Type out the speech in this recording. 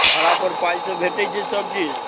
भाड़ा पर पाइसँ भेटैत छै सभचीज